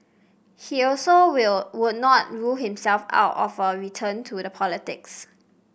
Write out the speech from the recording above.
he also will would not rule himself out of a return to the politics